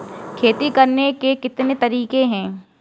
खेती करने के कितने तरीके हैं?